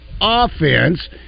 offense